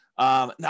Now